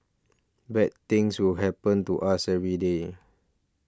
bad things will happen to us every day